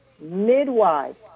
midwives